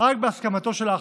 רק בהסכמתו של האחרון.